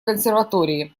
консерватории